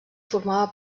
formava